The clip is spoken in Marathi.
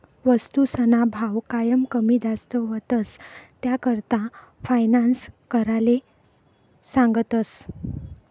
वस्तूसना भाव कायम कमी जास्त व्हतंस, त्याकरता फायनान्स कराले सांगतस